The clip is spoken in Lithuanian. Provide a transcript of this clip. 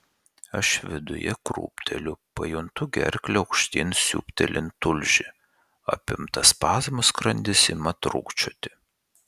aš viduje krūpteliu pajuntu gerkle aukštyn siūbtelint tulžį apimtas spazmų skrandis ima trūkčioti